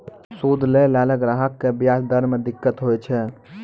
सूद लैय लाला ग्राहक क व्याज दर म दिक्कत होय छै